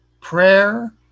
prayer